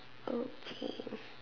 okay